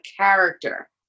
character